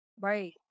Right